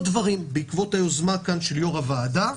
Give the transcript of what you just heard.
דברים בעקבות היוזמה של יושב-ראש הוועדה.